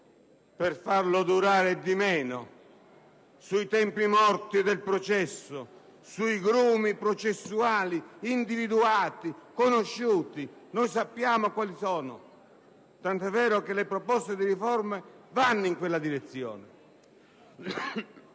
per farlo durare di meno, sui tempi morti del processo, sui grumi processuali, individuati e conosciuti. Noi sappiamo quali sono, tanto è vero che le proposte di riforma vanno in quella direzione.